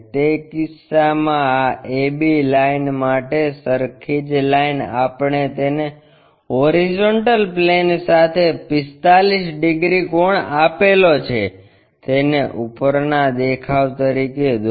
તે કિસ્સામાં આ a b લાઇન માટે સરખી જ લાઇન આપણે તેને હોરીઝોન્ટલ પ્લેન સાથે 45 ડિગ્રી કોણ આપેલો છે તેને ઉપરના દેખાવ તરીકે દોરો